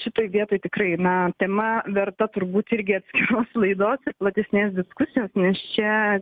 šitoj vietoj tikrai na tema verta turbūt irgi atskiros laidos ir platesnės diskusijos nes čia